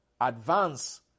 Advance